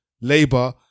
Labour